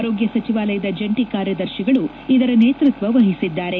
ಆರೋಗ್ಯ ಸಚಿವಾಲಯದ ಜಂಟಿ ಕಾರ್ಯದರ್ಶಿಗಳು ಇದರ ನೇತೃತ್ವ ವಹಿಸಿದ್ದಾರೆ